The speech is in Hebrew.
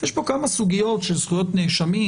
יש פה כמה סוגיות של זכויות נאשמים,